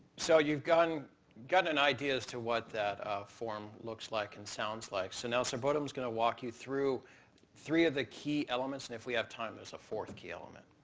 so you've gotten gotten an idea as to what that form looks like and sounds like. so now sarbbottam's going to walk you through three of the key elements, and if we have time there's a fourth key element.